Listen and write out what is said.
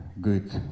good